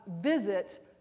visit